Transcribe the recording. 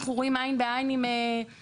אנחנו רואים עין בעין עם הקבלנים,